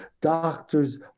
doctor's